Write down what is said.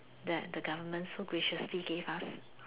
that the government so graciously gave us